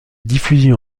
diffusion